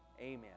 amen